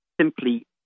simply